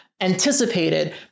anticipated